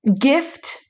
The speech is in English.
gift